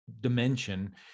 dimension